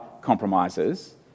compromises